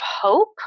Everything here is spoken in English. hope